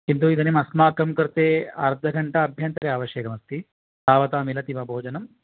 किन्तु इदानीम् अस्माकं कृते अर्धघण्टाभ्यन्तरे आवश्यकमस्ति तावता मिलति वा भोजनम्